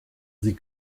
sie